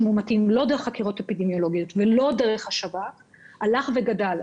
מאומתים לא דרך חקירות אפידמיולוגיות ולא דרך השב"כ הלכה וגדלה.